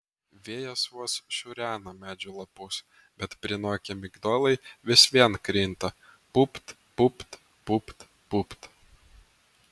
vėjas vos šiurena medžių lapus bet prinokę migdolai vis vien krinta pupt pupt pupt pupt